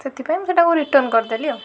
ସେଥିପାଇଁ ମୁଁ ସେଇଟାକୁ ରିଟର୍ନ୍ କରିଦେଲି ଆଉ